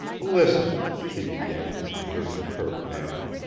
listen, she began, in her superb manner.